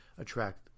attract